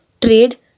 trade